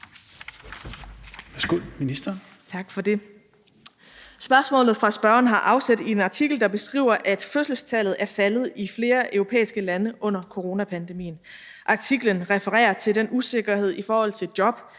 (Astrid Krag): Tak for det. Spørgsmålet fra spørgeren har afsæt i en artikel, der beskriver, at fødselstallet er faldet i flere europæiske lande under coronapandemien. Artiklen refererer til den usikkerhed i forhold til job